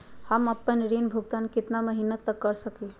हम आपन ऋण भुगतान कितना महीना तक कर सक ही?